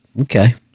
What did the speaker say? Okay